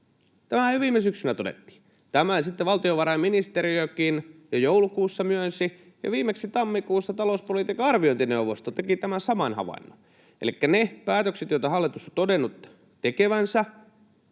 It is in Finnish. Tämähän jo viime syksynä todettiin. Tämän sitten valtiovarainministeriökin jo joulukuussa myönsi, ja viimeksi tammikuussa talouspolitiikan arviointineuvosto teki tämän saman havainnon. Elikkä niillä päätöksillä, joita hallitus on todennut tekevänsä,